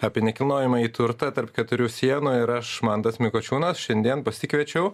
apie nekilnojamąjį turtą tarp keturių sienų ir aš mantas mikočiūnas šiandien pasikviečiau